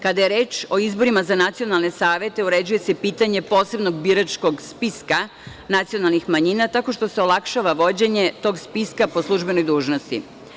Kada je reč o izborima za nacionalne savete uređuje se pitanje posebnog biračkog spiska nacionalnih manjina, tako što se olakšava vođenje tog spiska po službenoj dužnosti.